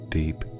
deep